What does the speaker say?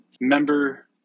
member